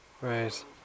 Right